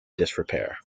disrepair